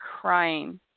crying